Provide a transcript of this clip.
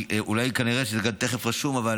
כנראה שזה גם תכף רשום, אבל